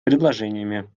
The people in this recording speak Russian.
предложениями